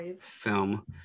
film